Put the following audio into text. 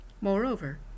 Moreover